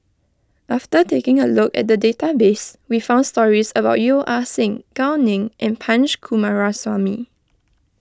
after taking a look at the database we found stories about Yeo Ah Seng Gao Ning and Punch Coomaraswamy